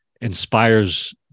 inspires